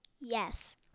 Yes